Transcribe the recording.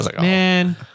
Man